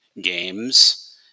games